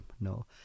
No